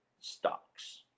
stocks